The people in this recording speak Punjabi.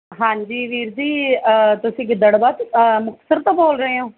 ਹਾਂਜੀ ਵੀਰ ਜੀ ਤੁਸੀਂ ਗਿੱਦੜਵਾ ਮੁਕਤਸਰ ਤੋਂ ਬੋਲ ਰਹੇ ਹੋ